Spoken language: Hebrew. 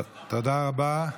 תודה רבה.